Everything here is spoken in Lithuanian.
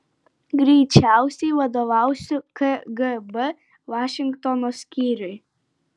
greičiausiai vadovausiu kgb vašingtono skyriui